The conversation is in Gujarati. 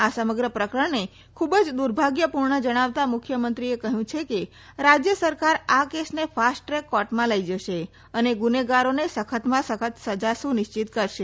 આ સમગ્ર પ્રકરણને ખુબ જ દુર્ભાગ્યપુર્ણ જણાવતા મુખ્યમંત્રીએ કહ્યું કે રાજ્ય સરકાર આ કેસને ફાસ્ટ ટ્રેક કોર્ટમાં લઇ જશે અને ગુનેગારોને સખતમાં સખત સજા સુનિશ્ચિત કરશે